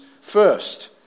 first